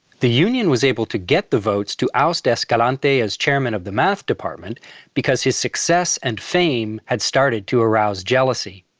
the union was able to get the votes to oust escalante as chairman of the math department because his success and fame had started to arouse jealousy.